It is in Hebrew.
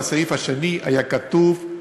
בסעיף השני היה כתוב: